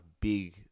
big